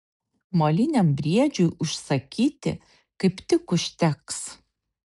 moliniam briedžiui užsakyti kaip tik užteks